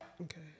okay